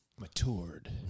Matured